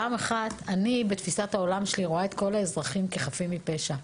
אני בתפיסת העולם שלי רואה את כל האזרחים כחפים מפשע.